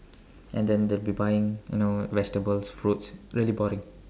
and then they'll be buying you know vegetables fruits really boring